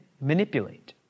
manipulate